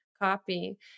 Copy